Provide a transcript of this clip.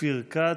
אופיר כץ.